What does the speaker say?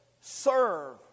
serve